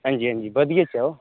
अंजी अंजी बधियै च ओह्